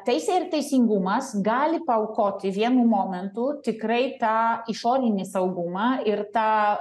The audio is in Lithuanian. teisė ir teisingumas gali paaukoti vienu momentu tikrai tą išorinį saugumą ir tą